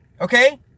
Okay